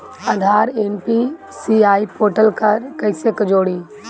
आधार NPCI portal पर कईसे जोड़ी?